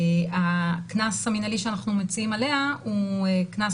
הקנס המנהלי שאנחנו מציעים עליה הוא קנס